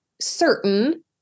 certain